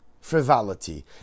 Frivolity